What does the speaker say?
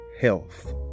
health